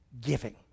giving